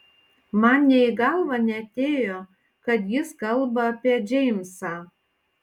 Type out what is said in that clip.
man nė į galvą neatėjo kad jis kalba apie džeimsą